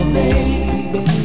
baby